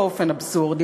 באופן אבסורדי,